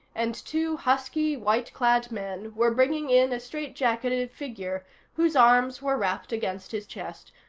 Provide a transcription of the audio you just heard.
and two husky, white-clad men were bringing in a strait-jacketed figure whose arms were wrapped against his chest,